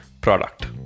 product